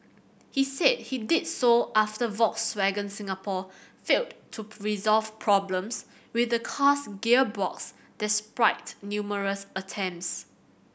he said he did so after Volkswagen Singapore failed to resolve problems with the car's gearbox despite numerous attempts